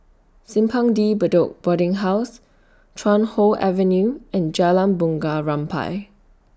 Simpang De Bedok Boarding House Chuan Hoe Avenue and Jalan Bunga Rampai